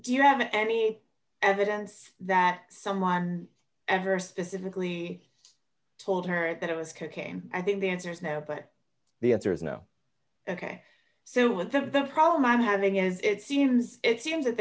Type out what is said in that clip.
do you have any evidence that someone ever specifically told her it was cocaine i think the answer is now but the answer is no ok so with that the problem i'm having is it seems it seems that